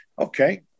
okay